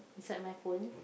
inside my phone